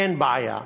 אין בעיה.